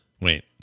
Wait